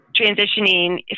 transitioning